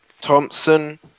Thompson